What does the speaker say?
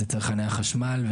אלו צרכני החשמל.